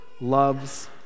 loves